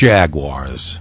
Jaguars